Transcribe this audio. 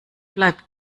bleib